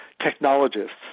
technologists